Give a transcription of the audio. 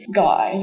guy